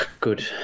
Good